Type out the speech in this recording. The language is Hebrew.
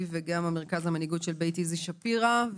וגם המרכז למנהיגות של בית איזי שפירא.